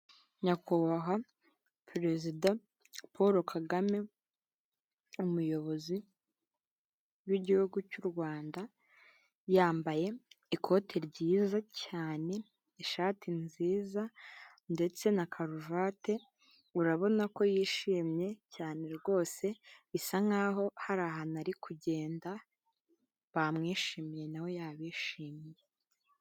Nyakubahwa perezida paul kagame umuyobozi w'igihugu cy'u rwanda yambaye ikote ryiza cyane ishati nziza ndetse na karuvati, urabona ko yishimye cyane rwose bisa nkaho hari ahantu ari kugenda bamwishimiye nawe yabishimiye.